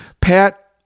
Pat